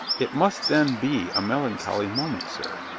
it must then be a melancholy moment, sir,